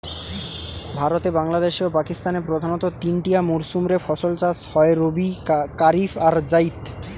ভারতে, বাংলাদেশে ও পাকিস্তানে প্রধানতঃ তিনটিয়া মরসুম রে ফসল চাষ হয় রবি, কারিফ আর জাইদ